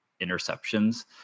interceptions